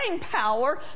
power